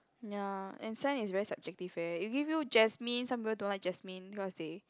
ya and scent is very subjective eh if give you jasmine some people don't like jasmine cause they